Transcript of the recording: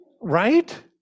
right